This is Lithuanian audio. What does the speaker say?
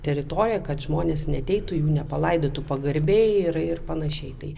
teritorija kad žmonės neateitų jų nepalaidotų pagarbiai ir ir panašiai tai